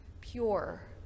pure